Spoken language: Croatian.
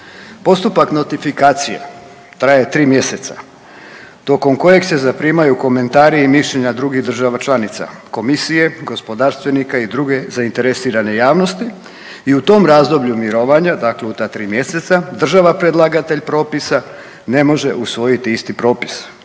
Postupak notifikacije traje 3 mjeseca tokom kojeg se zaprimaju komentari i mišljenja drugih država članica, komisije, gospodarstvenika i druge zainteresirane javnosti. I u tom razdoblju mirovanja, dakle u ta 3 mjeseca, država predlagatelj propisa ne može usvojiti isti propis.